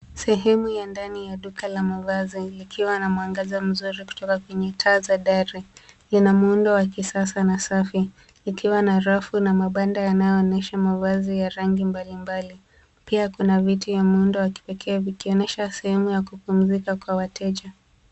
Sehemu ya ndani ya duka la mavazi ikiwa na mwangaza mzuri kutoka kwenye taa za dari lina na muundo wa kisasa na safi likiwa na rafu na mabanda yanayonyesha mavazi ya rangi mbalimbali pia kuna vita vya muundo wa kipekee vikionyesha sehemu ya kupumzika kwa wateja.